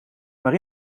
maar